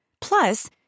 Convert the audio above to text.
Plus